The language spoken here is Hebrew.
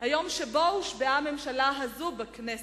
היום שבו הושבעה הממשלה הזאת בכנסת.